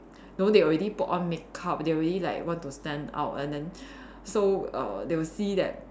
know they already put on makeup they already like want to stand out and then so err they will see that